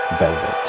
velvet